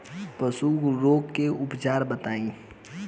पशु रोग के उपचार बताई?